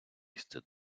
їсти